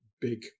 big